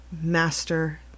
master